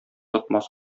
тотмас